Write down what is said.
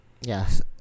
Yes